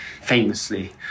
famously